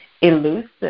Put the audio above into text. elusive